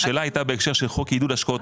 השאלה הייתה בקשר של חוק עידוד השקעות הון.